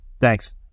thanks